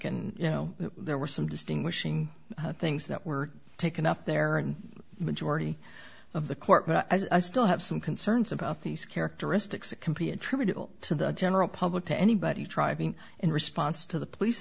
and you know there were some distinguishing things that were taken up there and the majority of the court but i still have some concerns about these characteristics a complete attributable to the general public to anybody trying in response to the police